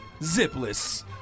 zipless